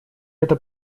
это